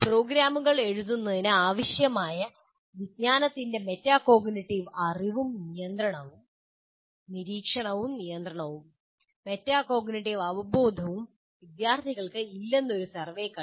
പ്രോഗ്രാമുകൾ എഴുതുന്നതിന് ആവശ്യമായ വിജ്ഞാനത്തിന്റെ മെറ്റാകോഗ്നിറ്റീവ് അറിവും നിയന്ത്രണവും നിരീക്ഷണവും നിയന്ത്രണവും മെറ്റാകോഗ്നിറ്റീവ് അവബോധവും വിദ്യാർത്ഥികൾക്ക് ഇല്ലെന്ന് ഒരു സർവേ കണ്ടെത്തി